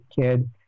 kid